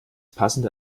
passende